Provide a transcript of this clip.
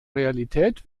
realität